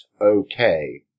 okay